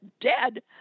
dead